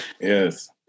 Yes